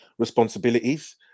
Responsibilities